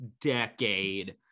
decade